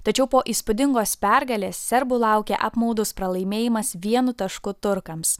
tačiau po įspūdingos pergalės serbų laukia apmaudus pralaimėjimas vienu tašku turkams